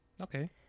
okay